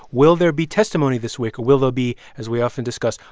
will there be testimony this week? will there be, as we often discuss,